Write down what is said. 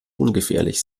ungefährlich